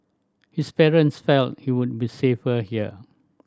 his parents felt he would be safer here